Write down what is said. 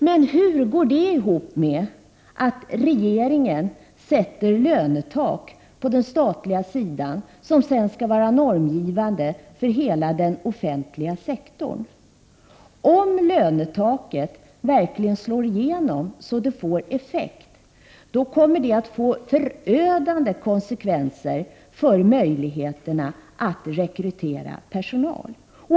Men hur går detta ihop med att regeringen sätter lönetak på den statliga sidan som sedan skall vara normgivande för hela den offentliga sektorn? Om lönetaket verkligen slår igenom, så att det får effekt, kommer det att bli förödande konsekvenser för möjligheterna att rekrytera personal.